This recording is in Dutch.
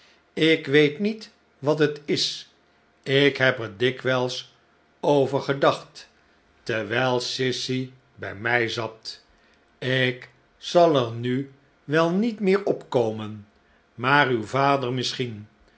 ik weet niet wat het is ik heb er dikwijls over gedacht terwijl sissy bij mij zat ik zal er nu wel niet meer opkomen maar uw vader misschien